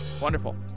wonderful